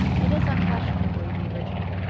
it is unquestionably the original.